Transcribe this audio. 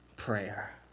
prayer